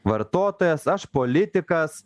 vartotojas aš politikas